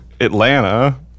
Atlanta